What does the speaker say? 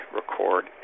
record